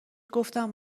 گفتم